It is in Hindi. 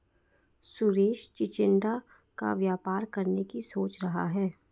सुरेश चिचिण्डा का व्यापार करने की सोच रहा है